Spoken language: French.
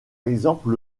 exemple